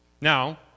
Now